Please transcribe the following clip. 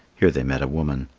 here they met a woman.